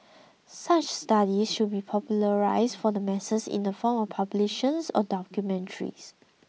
such studies should be popularised for the masses in the form of publications or documentaries